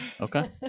okay